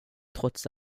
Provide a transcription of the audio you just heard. trots